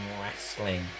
wrestling